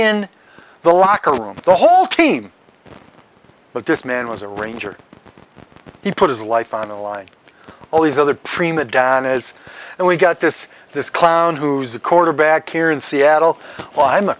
in the locker room the whole team but this man was a ranger he put his life on the line all these other prima donnas and we got this this clown who's the quarterback here in seattle well i'm a